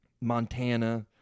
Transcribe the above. Montana